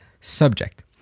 subject